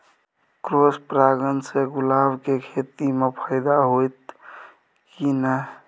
Cross परागण से गुलाब के खेती म फायदा होयत की नय?